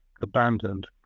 abandoned